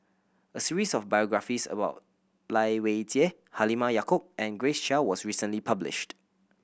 a series of biographies about Lai Weijie Halimah Yacob and Grace Chia was recently published